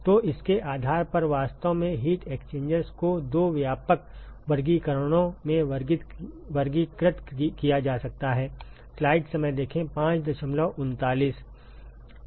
तो इसके आधार पर वास्तव में हीट एक्सचेंजर्स को दो व्यापक वर्गीकरणों में वर्गीकृत किया जा सकता है